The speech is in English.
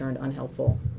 unhelpful